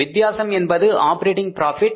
வித்தியாசம் என்பது operating profit